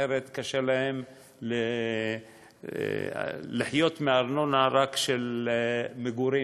אחרת קשה להן לחיות מארנונה רק של מגורים.